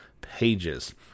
pages